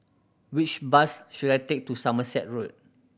which bus should I take to Somerset Road